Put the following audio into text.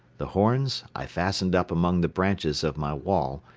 the horns i fastened up among the branches of my wall,